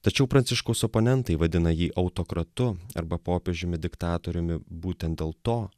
tačiau pranciškaus oponentai vadina jį autokratu arba popiežiumi diktatoriumi būtent dėl to